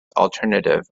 alternative